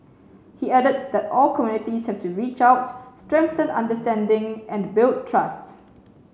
he added that all communities have to reach out strengthen understanding and build trust